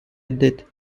added